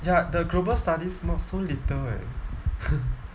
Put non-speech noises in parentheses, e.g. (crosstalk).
ya the global studies mod so little eh (laughs)